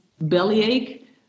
bellyache